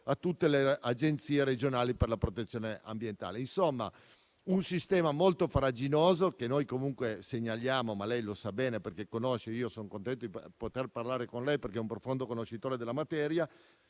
a tutte le agenzie regionali per la protezione ambientale. Si tratta, insomma, di un sistema molto farraginoso e comunque segnaliamo - ma lei lo sa bene e sono contento di poter parlare con lei, perché è un profondo conoscitore della materia